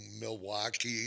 milwaukee